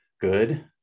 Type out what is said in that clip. good